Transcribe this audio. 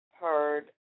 heard